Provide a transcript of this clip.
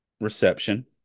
reception